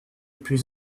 plus